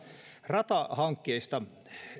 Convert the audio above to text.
ratahankkeista